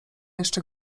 jeszcze